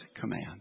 command